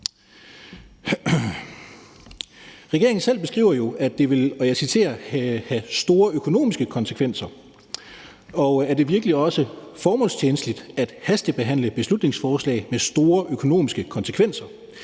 jo, og jeg citerer, at det vil have store økonomiske konsekvenser. Og er det virkelig formålstjenligt at hastebehandle beslutningsforslag med store økonomiske konsekvenser?